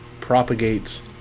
propagates